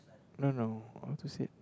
no no how to said